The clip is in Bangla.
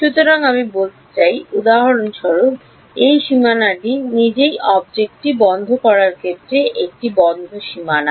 সুতরাং উদাহরণস্বরূপ আমি বলতে চাই এই সীমানাটি নিজেই অবজেক্টটি বন্ধ করার ক্ষেত্রে একটি বদ্ধ সীমানা